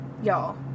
y'all